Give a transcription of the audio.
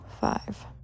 five